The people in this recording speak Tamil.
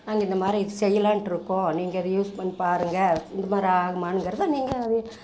நாங்கள் இந்த மாதிரி இது செய்யலான்ட்ருக்கோம் நீங்கள் இதை யூஸ் பண்ணி பாருங்கள் இந்த மாதிரி ஆகுமாங்கிறத நீங்கள் அது